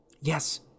Yes